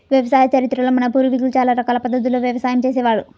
వ్యవసాయ చరిత్రలో మన పూర్వీకులు చాలా రకాల పద్ధతుల్లో వ్యవసాయం చేసే వారు